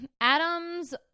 Adams